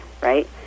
right